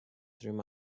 through